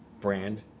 brand